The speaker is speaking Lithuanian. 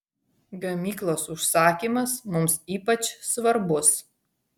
gamyklos užsakymas mums ypač svarbus